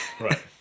right